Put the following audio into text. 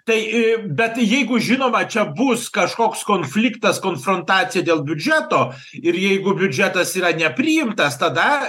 tai bet jeigu žinoma čia bus kažkoks konfliktas konfrontacija dėl biudžeto ir jeigu biudžetas yra nepriimtas tada